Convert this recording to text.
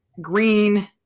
green